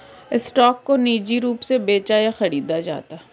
stock को निजी रूप से बेचा या खरीदा जाता है